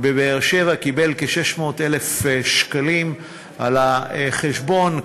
בבאר-שבע קיבל כ-600,000 שקלים על החשבון.